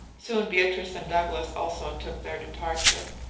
soon beatrice and douglas also took their departure.